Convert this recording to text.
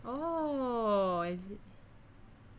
oh is it